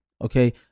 Okay